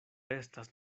estas